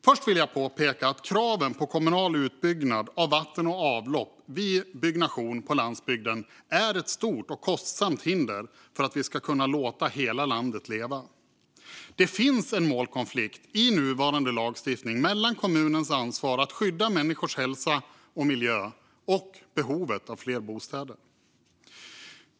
Först vill jag påpeka att kraven på kommunal utbyggnad av vatten och avlopp vid byggnation på landsbygden är ett stort och kostsamt hinder för att vi ska kunna låta hela landet leva. Det finns en målkonflikt i nuvarande lagstiftning mellan kommunens ansvar att skydda människors hälsa och miljö och behovet av fler bostäder.